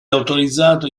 autorizzato